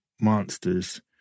monsters